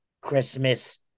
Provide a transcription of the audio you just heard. Christmas